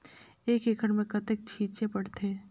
एक एकड़ मे कतेक छीचे पड़थे?